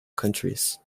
countries